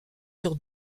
sur